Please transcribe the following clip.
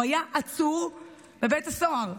הוא היה עצור בבית הסוהר.